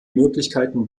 möglichkeiten